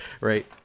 right